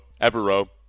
Evero